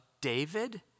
David